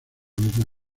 misma